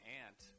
aunt